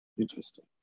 Interesting